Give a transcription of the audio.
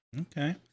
Okay